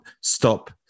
stop